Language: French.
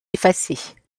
effacer